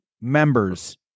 members